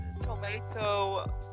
tomato